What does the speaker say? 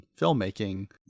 filmmaking